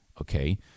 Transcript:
okay